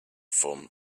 from